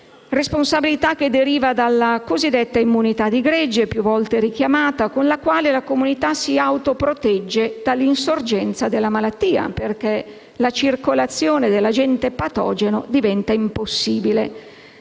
responsabilità che deriva dalla cosiddetta immunità di gregge, più volte richiamata, con la quale la comunità si autoprotegge dall'insorgenza della malattia perché la circolazione dell'agente patogeno diventa impossibile.